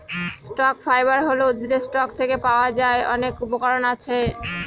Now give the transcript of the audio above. stock fibre হল উদ্ভিদের stalk থেকে পাওয়া যার অনেক উপকরণ আছে